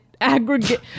aggregate